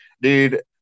dude